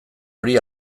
hori